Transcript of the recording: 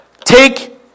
take